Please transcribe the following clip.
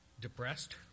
depressed